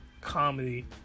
comedy